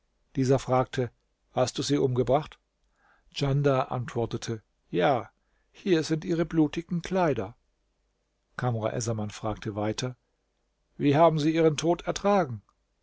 dieser fragte hast du sie umgebracht djandar antwortete ja hier sind ihre blutigen kleider kamr essaman fragte weiter wie haben sie ihren tod ertragen